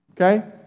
Okay